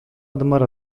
adımlar